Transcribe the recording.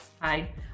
Hi